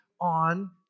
on